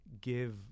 give